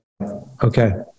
Okay